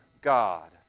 God